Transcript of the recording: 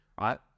right